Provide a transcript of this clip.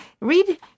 read